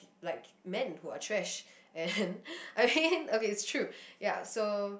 like men who are trash and I mean okay it's true ya so